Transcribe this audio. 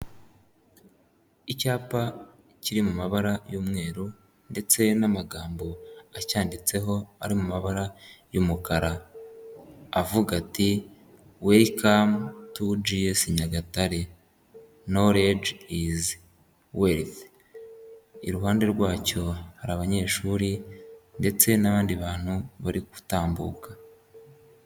Icyapa kiri mu mabara y'umweru ndetse n'amagambo acyanditseho ari mu mabara y'umukara avuga ati welikamu tu jiyesi Nyagatare nolegi izi welifi, iruhande rwacyo hari abanyeshuri ndetse n'abandi bantu bari gutambuka.